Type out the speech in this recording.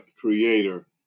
creator